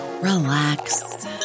relax